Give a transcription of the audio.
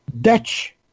Dutch